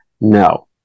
no